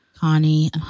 Connie